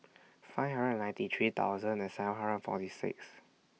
five hundred and ninety three thousand and seven hundred and forty six